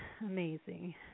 amazing